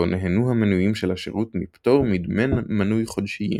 בו נהנו המנויים של השירות מפטור מדמי מנוי חודשיים.